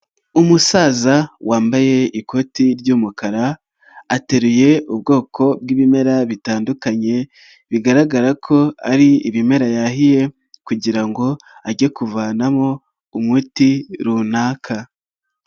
Umusaza wambaye ikoti ry'umukara, ateruye ubwoko bw'ibimera bitandukanye bigaragara ko ari ibimera yahiye kugira ngo age kuvanamo umuti runaka.